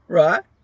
right